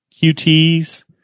QT's